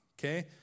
okay